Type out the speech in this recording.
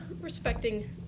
Respecting